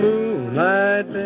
Moonlight